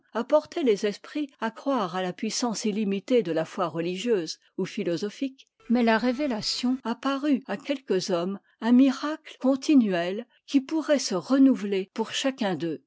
porté les esprits à croire à la puissance inimitée de la foi religieuse ou philosophique mais la révélation a paru à quelques hommes un miracle continuel qui pouvait se renouveler pour chacun d'eux